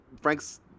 Frank's